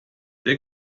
der